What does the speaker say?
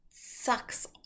sucks